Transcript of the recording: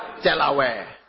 Delaware